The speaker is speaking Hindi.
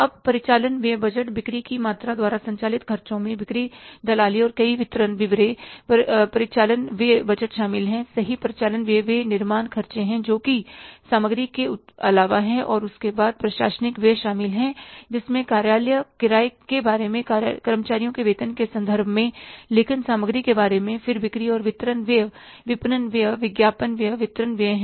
अब परिचालन व्यय बजट बिक्री की मात्रा द्वारा संचालित खर्चों में बिक्री दलाली और कई वितरण व्यय परिचालन व्यय बजट शामिल हैं सही परिचालन व्यय वे निर्माण खर्चे है जोकि सामग्री के अलावा है और उसके बाद प्रशासनिक व्यय शामिल हैं जिसमें कार्यालय किराए के बारे में कर्मचारियों के वेतन के संदर्भ में लेखन सामग्री के बारे में फिर बिक्री और वितरण व्यय विपणन व्यय विज्ञापन व्यय वितरण व्यय है